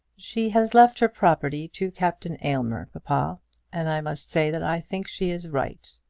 she has left her property to captain aylmer, papa and i must say that i think she is right.